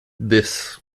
this